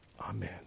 Amen